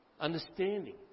understanding